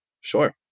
Sure